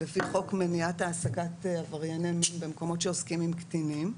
לפי חוק מניעת העסקת עברייני מין במקומות שעוסקים עם קטינים.